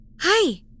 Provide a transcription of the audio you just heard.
hi